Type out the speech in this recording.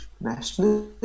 National